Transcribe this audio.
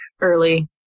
early